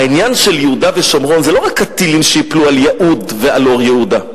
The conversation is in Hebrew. העניין של יהודה ושומרון זה לא רק הטילים שייפלו על יהוד ועל אור-יהודה.